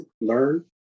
learn